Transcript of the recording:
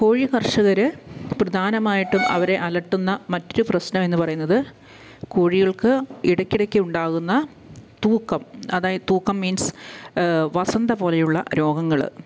കോഴി കർഷകര് പ്രധാനമായിട്ടും അവരെ അലട്ടുന്ന മറ്റു പ്രശ്നമെന്ന് പറയുന്നത് കോഴികൾക്ക് ഇടയ്ക്ക് ഇടയ്ക്ക് ഉണ്ടാകുന്ന തൂക്കം അതായത് തൂക്കം മീൻസ് വസന്ത പോലെയുള്ള രോഗങ്ങള്